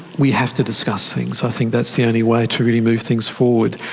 we have to discuss things. i think that's the only way to really move things forward.